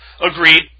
Agreed